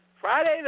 Friday